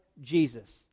Jesus